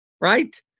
Right